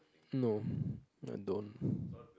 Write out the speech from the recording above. no I don't